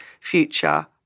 future